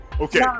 Okay